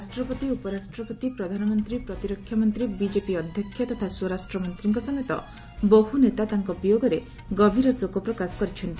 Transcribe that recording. ରାଷ୍ଟ୍ରପତି ଉପରାଷ୍ଟ୍ରପତି ପ୍ରଧାନମନ୍ତ୍ରୀ ମୋଦୀ ପ୍ରତିରକ୍ଷାମନ୍ତ୍ରୀ ବିଜେପି ଅଧ୍ୟକ୍ଷ ତଥା ସ୍ୱରାଷ୍ଟ୍ରମନ୍ତ୍ରୀଙ୍କ ସମେତ ବହୁ ନେତା ତାଙ୍କ ବିୟୋଗରେ ଗଭୀର ଶୋକପ୍ରକାଶ କରିଛନ୍ତି